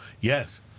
Yes